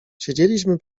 siedzieliśmy